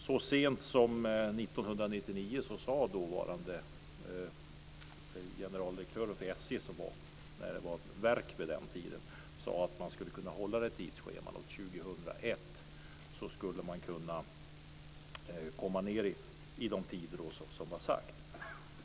Så sent som 1999 sade dåvarande generaldirektören för SJ, som vid den tiden var ett verk, att man skulle kunna hålla tidsschemat och 2001 skulle man kunna komma ned i de tider som sagts.